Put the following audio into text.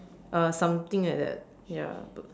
uh something like that ya but